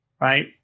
right